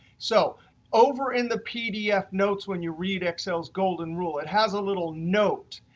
so over in the pdf notes when you read excel's golden rule, it has a little note.